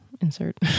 insert